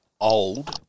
old